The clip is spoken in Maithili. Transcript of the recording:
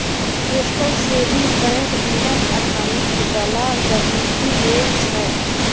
पोस्टल सेविंग बैंक बिना अकाउंट बला गहिंकी लेल छै